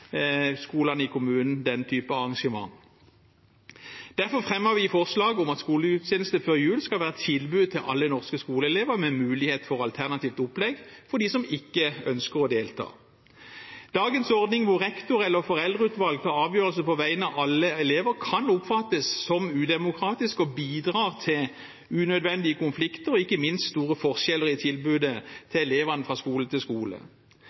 skolene i kommunen den type arrangement. Derfor fremmer vi forslag om at skolegudstjeneste før jul skal være et tilbud til alle norske skoleelever, med mulighet for alternativt opplegg for dem som ikke ønsker å delta. Dagens ordning, hvor rektor eller foreldreutvalg tar avgjørelser på vegne av alle elever, kan oppfattes som udemokratisk og bidra til unødvendige konflikter og ikke minst store forskjeller i tilbudet til elevene fra skole til skole.